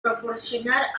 proporcionar